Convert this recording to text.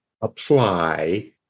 apply